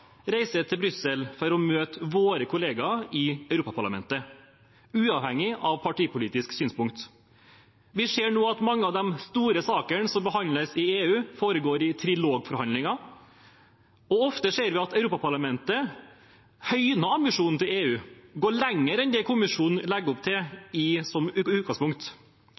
til Brussel for å møte våre kollegaer i Europaparlamentet, uavhengig av partipolitisk synspunkt. Vi ser nå at mange av de store sakene som behandles i EU, foregår i trilogforhandlinger. Ofte ser vi at Europaparlamentet høyner ambisjonen til EU – går lenger enn det kommisjonen legger opp til som utgangspunkt.